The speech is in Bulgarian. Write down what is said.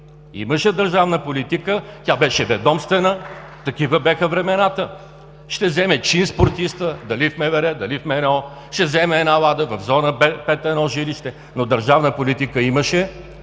Имаше държавна политика! Тя беше ведомствена, такива бяха времената. Ще вземе чин спортистът – дали в МВР, дали в МНО, ще вземе една „Лада“, в Зона Б-5 едно жилище, но държавна политика имаше,